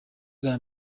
bwa